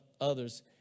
others